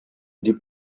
дип